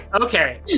okay